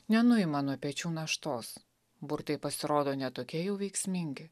nenuima nuo pečių naštos burtai pasirodo ne tokie jau veiksmingi